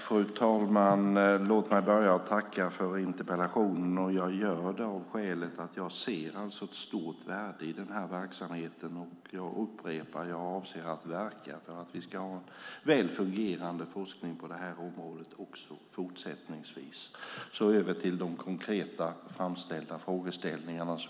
Fru talman! Jag tackar för interpellationen. Jag ser ett stort värde i denna verksamhet, och jag upprepar att jag avser att verka för att vi också fortsättningsvis ska ha en väl fungerande forskning på detta område. Så över till de framställda konkreta frågeställningarna.